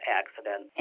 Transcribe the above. accident